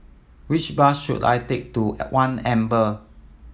which bus should I take to One Amber